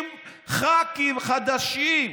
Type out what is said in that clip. ח"כים חדשים,